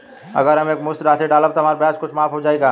अगर हम एक मुस्त राशी डालब त हमार ब्याज कुछ माफ हो जायी का?